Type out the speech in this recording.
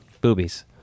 boobies